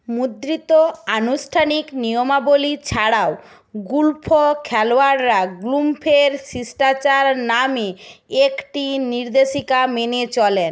মুদ্রিত আনুষ্ঠানিক নিয়মাবলী ছাড়াও গল্ফ খেলোয়াড়রা গল্ফের শিষ্টাচার নামে একটি নির্দেশিকা মেনে চলেন